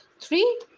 three